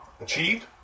achieved